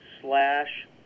slash